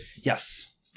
Yes